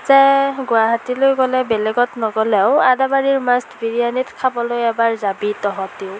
যে গুৱাহাটীলে গ'লে বেলেগত নগ'লেও আদাবাৰীৰ মষ্ট বিৰিয়ানীত খাবলৈ এবাৰ যাবি তহঁতেও